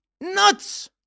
nuts